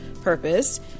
purpose